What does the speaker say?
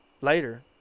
later